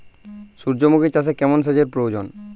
সূর্যমুখি চাষে কেমন সেচের প্রয়োজন?